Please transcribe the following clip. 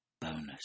bonus